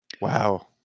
Wow